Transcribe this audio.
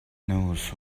knows